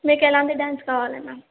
మీకు ఎలాంటి డ్యాన్స్ కావాలి మ్యామ్